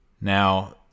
Now